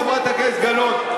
חברת הכנסת גלאון.